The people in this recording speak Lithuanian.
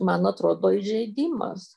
man atrodo įžeidimas